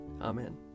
Amen